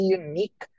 unique